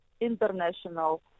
international